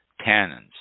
tannins